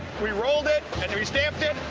we rolled it, and we stamped it,